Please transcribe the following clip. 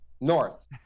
north